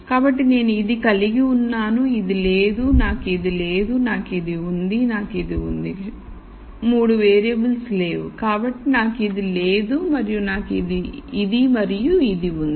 కాబట్టి నేను ఇది కలిగి ఉన్నాను ఇది లేదు నాకు ఇది లేదు నాకు ఇది ఉంది నాకు ఇది ఉంది క్షమించండి 3 వేరియబుల్స్ లేవు కాబట్టి నాకు ఇది లేదు మరియు నాకు ఇది మరియు ఇది ఉంది